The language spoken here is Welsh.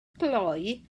glou